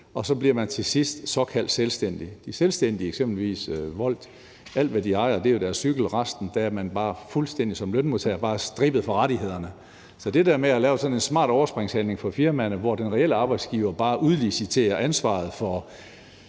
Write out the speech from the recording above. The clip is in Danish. og så bliver man til sidst såkaldt selvstændig. Hvad angår de selvstændige som eksempelvis hos Wolt, så er alt, hvad de ejer, deres cykel, og ellers er man som lønmodtager fuldstændig strippet for rettigheder. Så det der med at lave en smart overspringshandling for firmaerne, hvor den reelle arbejdsgiver bare udliciterer ansvaret for